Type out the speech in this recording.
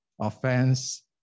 offense